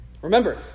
Remember